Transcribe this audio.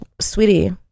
sweetie